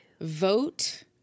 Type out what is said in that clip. vote